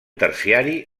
terciari